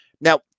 Now